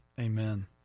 Amen